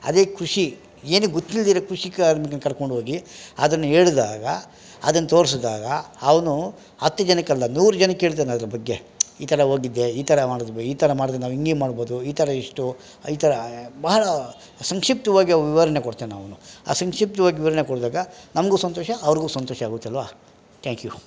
ಅದೇ ಕೃಷಿ ಏನು ಗೊತ್ತಿಲ್ದೇ ಇರುವ ಕೃಷಿ ಕಾರ್ಮಿಕನ ಕರ್ಕೊಂಡೋಗಿ ಅದನ್ನು ಹೇಳ್ದಾಗ ಅದನ್ನು ತೋರಿಸ್ದಾಗ ಅವನು ಹತ್ತು ಜನಕ್ಕಲ್ಲ ನೂರು ಜನಕ್ಕೇಳ್ತಾನೆ ಅದ್ರ ಬಗ್ಗೆ ಈ ಥರ ಹೋಗಿದ್ದೆ ಈ ಥರ ಮಾಡಿದ್ವಿ ಈ ಥರ ಮಾಡಿದರೆ ನಾವು ಹಿಂಗೆ ಮಾಡ್ಬೋದು ಈ ಥರ ಇಷ್ಟು ಈ ತರ ಭಾಳ ಸಂಕ್ಷಿಪ್ತವಾಗಿ ವಿವರಣೆ ಕೊಡ್ತಾನವನು ಆ ಸಂಕ್ಷಿಪ್ತವಾಗಿ ವಿವರಣೆ ಕೊಟ್ಟಾಗ ನಮಗು ಸಂತೋಷ ಅವ್ರಿಗು ಸಂತೋಷ ಆಗುತ್ತಲ್ವಾ ತ್ಯಾಂಕ್ ಯು